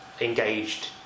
engaged